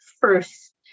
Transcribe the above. first